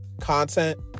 content